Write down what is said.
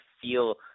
feel